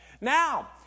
Now